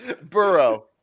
Burrow